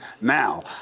now